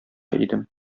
идем